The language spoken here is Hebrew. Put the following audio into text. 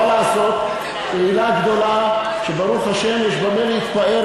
מה לעשות, קהילה גדולה, שברוך השם יש במה להתפאר.